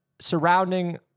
surrounding